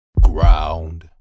ground